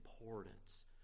importance